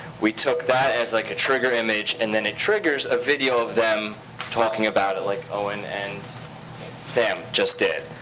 we took that as like a trigger image, and then it triggers a video of them talking about it like owen and sam just did.